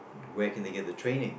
where can they get the training